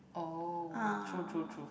oh true true true